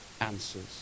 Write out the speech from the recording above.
answers